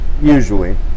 usually